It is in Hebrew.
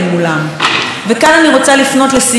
לחלק מהחברים שלנו באופוזיציה.